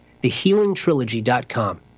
thehealingtrilogy.com